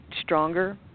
stronger